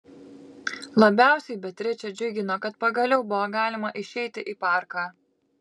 labiausiai beatričę džiugino kad pagaliau buvo galima išeiti į parką